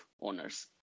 owners